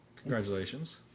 Congratulations